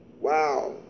Wow